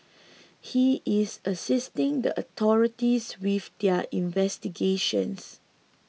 he is assisting the authorities with their investigations